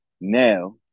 Now